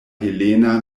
helena